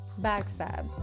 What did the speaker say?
backstab